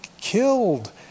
killed